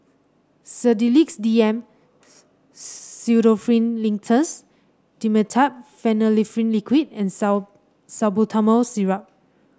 Sedilix D M Pseudoephrine Linctus Dimetapp Phenylephrine Liquid and Salbutamol Syrup